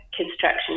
construction